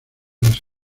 las